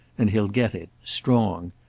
and he'll get it strong.